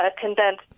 condensed